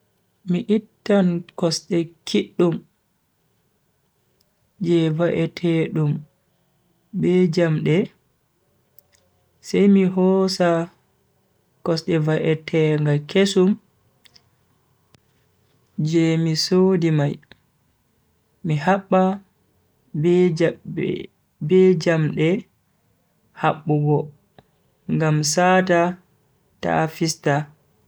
Mi ittan kosde kiddum je va'etedum be jamde. sai mi hosa kosde va'etenga kesum je mi sodi mai, mi habba be jabbe…be jamde habbugo ngam saata ta fista.